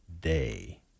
day